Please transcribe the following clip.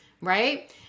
right